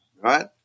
right